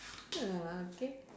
uh okay